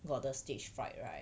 got the stage fright right